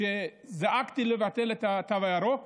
שזעקתי לבטל את התו הירוק,